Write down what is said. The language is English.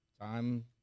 time